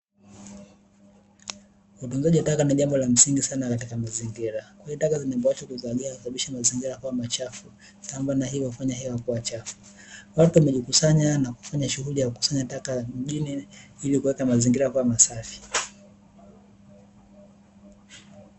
Utunzaji wa taka ni jambo muhimu sana katika mazingira. Taka kuzagaa inasababisha mazingira kuwa machafu, sambamba na hilo kufanya hewa kuwa chafu. Watu wamejikusanya na kufanya shughuli ya kukusanya taka mjini ilikuweka mazingira kuwa masafi.